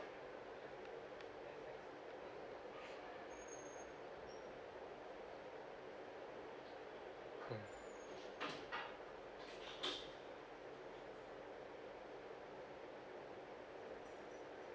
mm